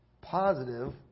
positive